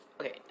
okay